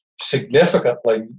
significantly